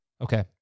Okay